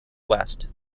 west